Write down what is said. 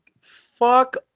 Fuck